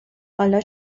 حالا